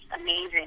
amazing